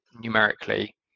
numerically